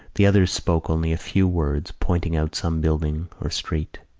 the others spoke only a few words, pointing out some building or street.